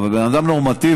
אבל בן אדם נורמטיבי,